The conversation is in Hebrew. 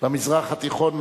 במזרח התיכון,